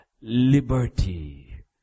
liberty